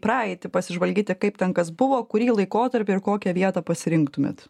praeitį pasižvalgyti kaip ten kas buvo kurį laikotarpį ir kokią vietą pasirinktumėt